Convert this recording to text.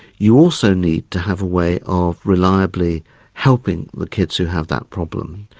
you also need to have a way of reliably helping the kids who have that problem,